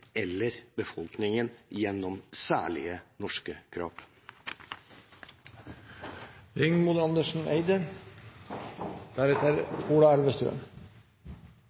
eller overfor befolkningen gjennom særlige, norske